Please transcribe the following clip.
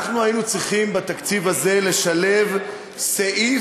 אנחנו היינו צריכים בתקציב הזה לשלב סעיף,